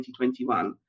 2021